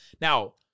Now